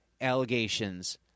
allegations